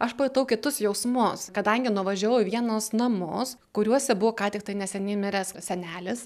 aš pajutau kitus jausmus kadangi nuvažiavau į vienus namus kuriuose buvo ką tik tai neseniai miręs senelis